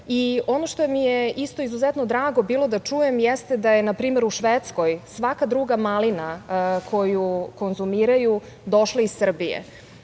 dece. Ono što mi je isto izuzetno drago bilo da čujem jeste da je npr. u Švedskoj svaka druga malina koju konzumiraju došla iz Srbije.